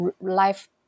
life